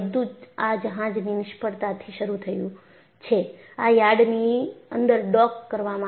તે બધું આ જહાજની નિષ્ફળતા થી શરૂ થયું છેઆ યાર્ડની અંદર ડોક કરવામાં આવ્યું